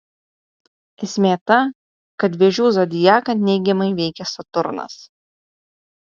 esmė ta kad vėžių zodiaką neigiamai veikia saturnas